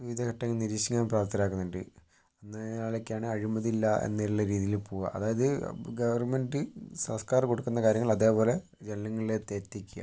വിവിധ ഘട്ട നിരീക്ഷിക്കാൻ പ്രാപ്തരാക്കുന്നുണ്ട് എന്നാലൊക്കെയാണ് അഴിമതിയില്ല എന്ന് ഉള്ള രീതിയിൽ പോവുക അതായത് ഗവൺമെൻറ് സർക്കാർ കൊടുക്കുന്ന കാര്യങ്ങൾ അതേപോലെ ജനങ്ങളിലേക്ക് എത്തിക്കുക